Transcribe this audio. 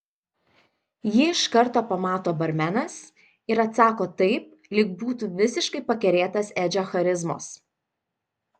jį iš karto pamato barmenas ir atsako taip lyg būtų visiškai pakerėtas edžio charizmos